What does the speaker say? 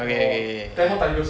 okay okay okay I